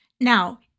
Now